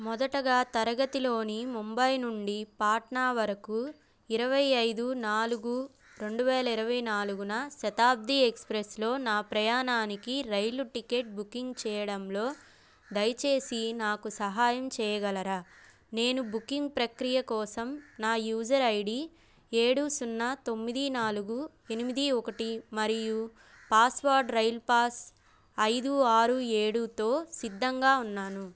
మొదటగా తరగతిలోని ముంబై నుండి పాట్నా వరకు ఇరవై ఐదు నాలుగు రెండు వేల ఇరవై నాలుగున శతాబ్ది ఎక్స్ప్రెస్లో ప్రయాణానికి రైలు టికెట్ బుకింగ్ చేయడంలో దయచేసి నాకు సహాయం చేయగలరా నేను బుకింగ్ ప్రక్రియ కోసం నా యూజర్ ఐడి ఏడు సున్నా తొమ్మది నాలుగు ఎనిమిది ఒకటి మరియు పాస్వర్డ్ రైలు పాస్ ఐదు ఆరు ఏడుతో సిద్ధంగా ఉన్నాను